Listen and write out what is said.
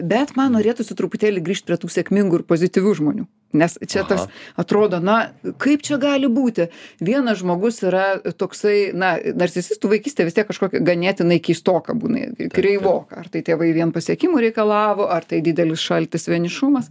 bet man norėtųsi truputėlį grįžt prie tų sėkmingų ir pozityvių žmonių nes čia toks atrodo na kaip čia gali būti vienas žmogus yra toksai na narcisistų vaikystė vis tiek kažkokia ganėtinai keistoka būna kreivoka ar tai tėvai vien pasiekimų reikalavo ar tai didelis šaltis vienišumas